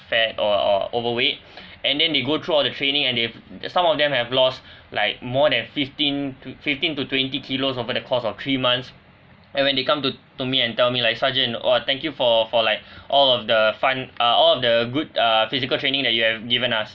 fat or or overweight and then they go through all the training and they've some of them have lost like more than fifteen to fifteen to twenty kilos over the course of three months and when they come to to me and tell me like sergeant !wah! thank you for for like all of the fun uh all of the good err physical training that you have given us